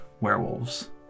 werewolves